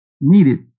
needed